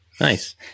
Nice